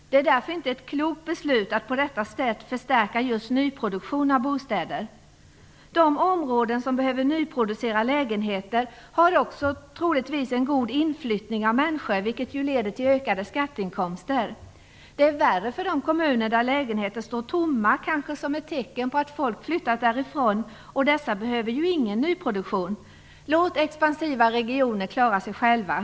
Det är därför inte ett klokt beslut att på detta sätt förstärka just nyproduktion av bostäder. De områden som behöver nyproducera lägenheter har också troligtvis en god inflyttning av människor, vilket leder till ökade skatteinkomster. Det är värre för de kommuner där lägenheter står tomma, kanske som ett tecken på att folk flyttat därifrån, och dessa behöver ju ingen nyproduktion. Låt expansiva regioner klara sig själva.